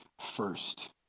first